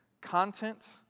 Content